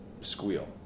squeal